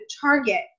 target